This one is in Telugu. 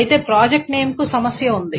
అయితే ప్రాజెక్ట్ నేమ్ కు సమస్య ఉంది